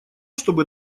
чтобы